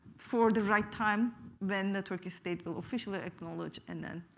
for the right time when the turkish state officials acknowledge and then